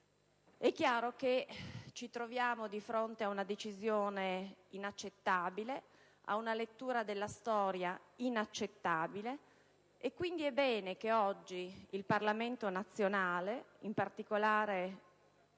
È chiaro che ci troviamo di fronte a una decisione inaccettabile, a una lettura della storia inaccettabile. E, quindi, è bene che oggi il Parlamento italiano, in particolare